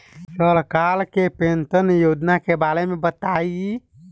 सरकार के पेंशन योजना के बारे में बताईं?